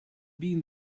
been